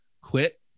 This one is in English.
quit